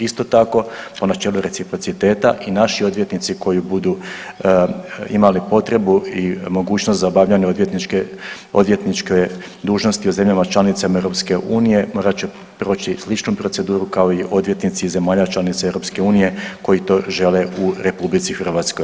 Isto tako, o načelu reciprociteta i naši odvjetnici koji budu imali potrebu i mogućnost za obavljanje odvjetničke, odvjetničke dužnosti u zemljama članicama EU morat će proći sličnu proceduru kao i odvjetnici iz zemalja članica EU koji to žele u RH.